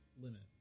limit